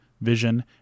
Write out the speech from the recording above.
vision